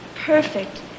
Perfect